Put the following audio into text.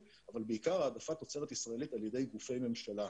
בעיקר על ידי גופי ממשלה.